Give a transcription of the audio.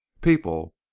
people